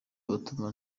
batuma